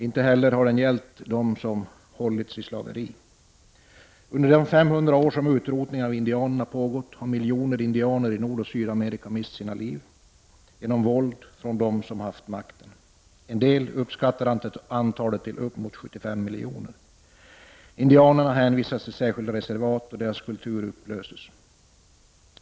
Inte heller har den gällt dem som hållits i slaveri. Under de 500 år som utrotningen av indianerna pågått har miljoner indianer i Nordoch Sydamerika mist sina liv genom våld från dem som har haft makten. En del uppskattar antalet till uppemot 75 miljoner. Indianerna hänvisas till särskilda reservat, och deras kultur upplöses.